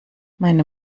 meine